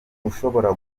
ushobora